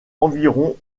environ